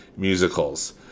Musicals